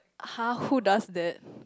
!huh! who does that